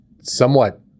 somewhat